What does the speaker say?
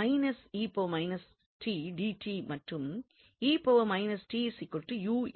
அடிப்படையாக மற்றும்